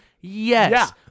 yes